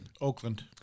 Oakland